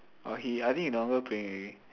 oh he I think he no longer playing already